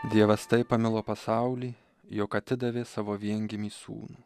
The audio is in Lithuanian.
dievas taip pamilo pasaulį jog atidavė savo viengimį sūnų